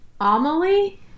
Amelie